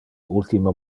ultime